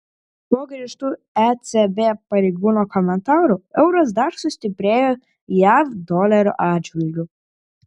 po griežtų ecb pareigūno komentarų euras dar sustiprėjo jav dolerio atžvilgiu